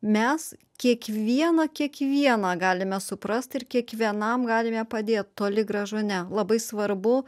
mes kiekvieną kiekvieną galime suprast ir kiekvienam galime padėt toli gražu ne labai svarbu